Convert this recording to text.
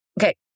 Okay